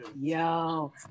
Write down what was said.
Yo